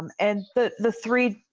um and the the three.